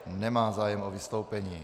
Nemá zájem o vystoupení.